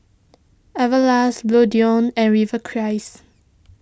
Everlast Bluedio and Rivercrest